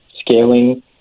scaling